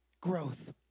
growth